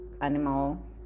animal